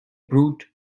brute